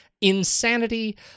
insanity